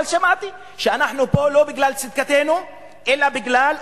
אבל שמעתי: אנחנו פה לא בגלל צדקתנו אלא בגלל או,